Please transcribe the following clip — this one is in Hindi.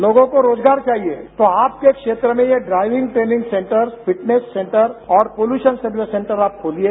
लोगों को रोजगार चाहिए तो आपके क्षेत्र में ये driving training centres fitness centres और पॉल्यूशन सर्टिफिकेट सेटर्स आप खोलिए